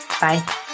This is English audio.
Bye